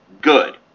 good